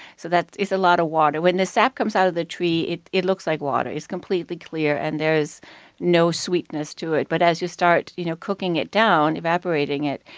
so that is a lot of water. when the sap comes out of the tree, it it looks like water. it's completely clear, and there is no sweetness to it. but as you start you know cooking it down, evaporating it,